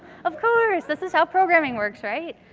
of course. this is how programming works, right?